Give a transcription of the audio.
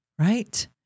Right